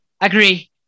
agree